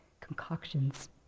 concoctions